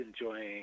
enjoying